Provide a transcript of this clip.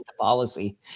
policy